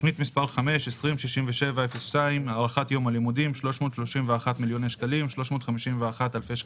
תכנית מספר 206702:5 הארכת יום הלימודים - 331,351 אלפי ש״ח.